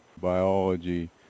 biology